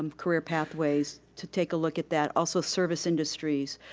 um career pathways to take a look at that. also service industries.